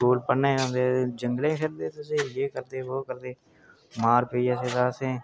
ओह्दे कन्नै मिलन जाना घरै आह्ले तुप्पन लगे आखन लगे थोगे रौह्ना इक दूए कन्नै कूह्ना बोलना नेई कोई किश गल्त नेई आखे